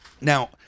now